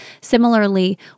Similarly